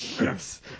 Yes